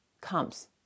comes